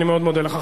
אני מאוד מודה לך.